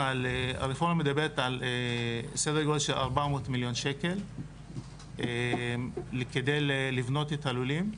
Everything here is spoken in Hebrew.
הרפורמה מדברת על סדר גודל של 400 מיליון שקלים כדי לבנות את הלולים,